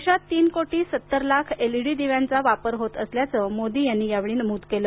देशात तीन कोटी सत्तर लाख एल ईडी दिव्यांचा वापर होत आसल्याचं मोदी यांनी या वेळी नमूद केलं